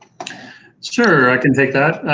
sure, i can take that.